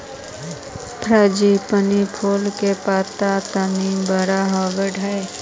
frangipani फूल के पत्त्ता तनी बड़ा होवऽ हई